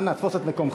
אנא, תפוס את מקומך.